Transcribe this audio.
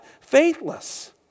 faithless